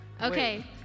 Okay